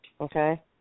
okay